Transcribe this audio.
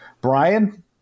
Brian